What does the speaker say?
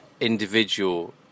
individual